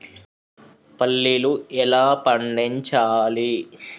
పల్లీలు ఎలా పండించాలి?